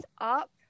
up